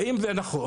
ואם זה נכון,